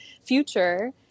future